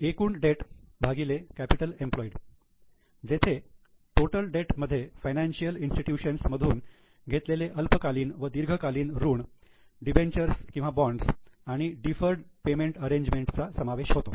एकूण debt debt ratio capital employed जेथे total debt मध्ये फायनान्शियल इंस्टिट्यूशन्स मधून घेतलेले अल्पकालीन व दीर्घकालीन ऋण डिबेंचर्स बॉण्ड आणि डिफर्ड पेमेंट अरेंजमेंट चा समावेश होतो